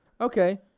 Okay